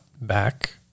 back